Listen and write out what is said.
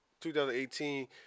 2018